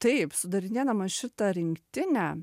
taip sudarinėdama šitą rinktinę